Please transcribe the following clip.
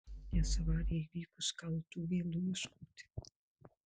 nes avarijai įvykus kaltų vėlu ieškoti